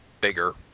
bigger